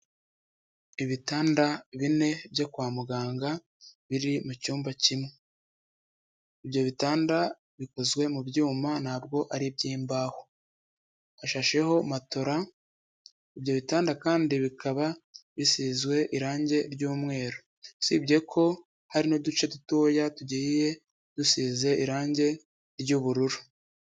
Ibitanda bine byo kwa muganga biri mu cyumba kimwe, ibyo bitanda bikozwe mu byuma ntabwo ari iby'imbaho, hashasheho matora, ibyo bitanda kandi bikaba bisizwe irange ry'umweru, usibye ko hari n'uduce dutoya tugiye dusize irange ry'ubururu.